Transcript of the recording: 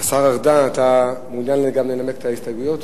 השר ארדן, אתה מעוניין גם ללמד את ההסתייגויות?